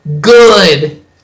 good